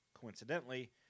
coincidentally